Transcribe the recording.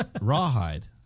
rawhide